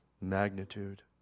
magnitude